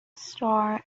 star